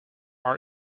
are